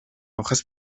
hojas